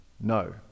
no